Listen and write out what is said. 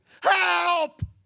Help